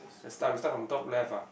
let's start we start from top left ah